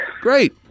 Great